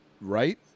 Right